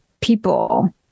people